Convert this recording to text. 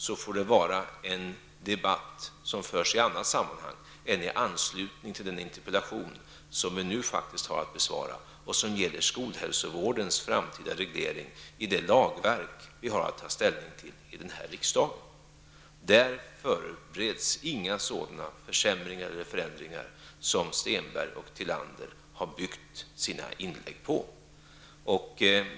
Men en debatt om det får föras i annat sammanhang än i anslutning till den interpellation som jag nu har att besvara och som gäller skolhälsovårdens framtida reglering i det lagverk som vi har att ta ställning till i riksdagen. Det förbereds inte några sådana försämringar eller förändringar som Anita Stenberg och Ulla Tillander har byggt sina inlägg på.